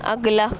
اگلا